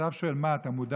והכתב שואל: מה, אתה מודאג?